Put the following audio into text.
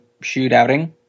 shootouting